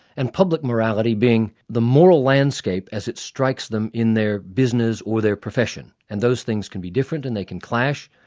and public morality being the moral landscape as it strikes them in their business or their profession. and those things can be different and they can clash,